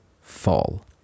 fall